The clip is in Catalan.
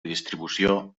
distribució